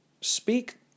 speak